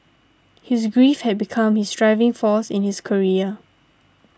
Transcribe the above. his grief had become his driving force in his career